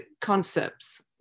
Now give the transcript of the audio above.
concepts